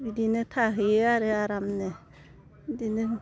बिदिनो थाहैयो आरो आरामनो बिदिनो